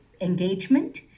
engagement